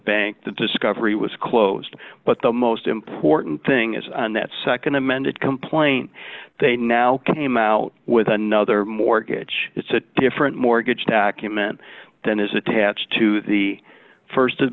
bank that discovery was closed but the most important thing is on that nd amended complaint they now came out with another mortgage it's a different mortgage vacuum and then is attached to the st to